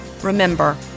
Remember